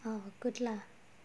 oh good lah